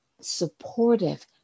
supportive